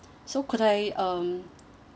so could I um